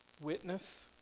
witness